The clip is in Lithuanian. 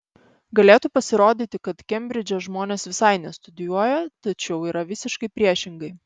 galėtų pasirodyti kad kembridže žmonės visai nestudijuoja tačiau yra visiškai priešingai